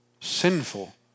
sinful